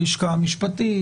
אני איוועץ גם עם הלשכה המשפטי,